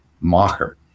mocker